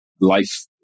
Life